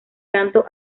canto